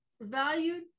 value